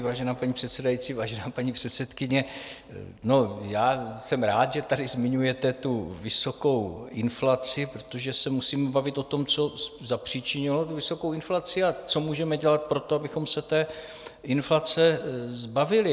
Vážená paní předsedající, vážená paní předsedkyně, jsem rád, že tady zmiňujete vysokou inflaci, protože se musíme bavit o tom, co zapříčinilo tu vysokou inflaci a co můžeme dělat pro to, abychom se té inflace zbavili.